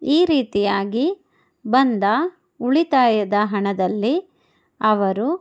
ಈ ರೀತಿಯಾಗಿ ಬಂದ ಉಳಿತಾಯದ ಹಣದಲ್ಲಿ ಅವರು